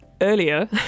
earlier